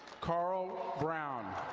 carl brown.